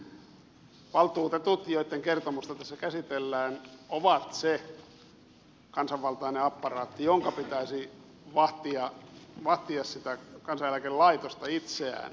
siis valtuutetut joitten kertomusta tässä käsitellään ovat se kansanvaltainen apparaatti jonka pitäisi vahtia sitä kansaneläkelaitosta itseään